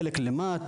חלק ל..,